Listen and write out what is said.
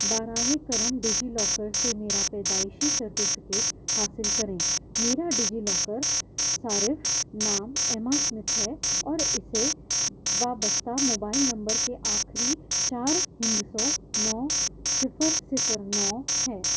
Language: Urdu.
براہ کرم ڈیجی لاکر سے میرا پیدائشی سرٹیفکیٹ حاصل کریں میرا ڈیجی لاکر صارف نام ایما سمتھ ہے اور اسے وابستہ موبائل نمبر کے آخری چار ہندسوں نو صفر صفر نو ہے